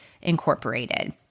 Incorporated